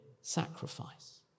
sacrifice